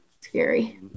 scary